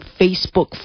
Facebook